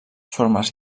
formes